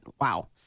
wow